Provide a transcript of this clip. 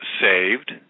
saved